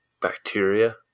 bacteria